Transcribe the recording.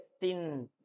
thin